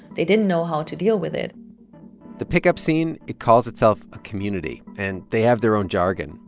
they didn't know how to deal with it the pickup scene it calls itself a community. and they have their own jargon.